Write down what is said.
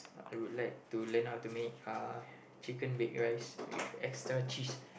I would like to learn how to make uh chicken baked rice with extra cheese